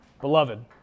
Beloved